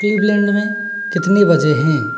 Cleveland में कितने बजे हैं